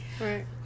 Right